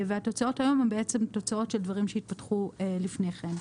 והתוצאות היום הן בעצם תוצאות של דברים שהתפתחו לפני כן.